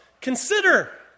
consider